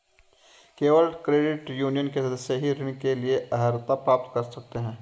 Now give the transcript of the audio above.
केवल credit union के सदस्य ही ऋण के लिए अर्हता प्राप्त कर सकते हैं